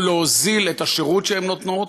או להוזיל את השירות שהן נותנות,